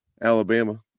Alabama